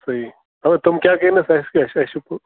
صحیح اَدٕ تٔمۍ کیٛاہ کَرنَس اَسہِ کیٛاہ چھِ اَسہِ چھِ